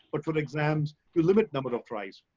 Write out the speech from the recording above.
but for the exams, we limit number of tries.